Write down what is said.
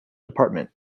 department